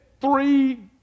three